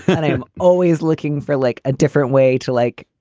and i'm always looking for like a different way to, like,